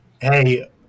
Hey